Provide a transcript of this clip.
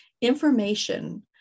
information